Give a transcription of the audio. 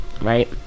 right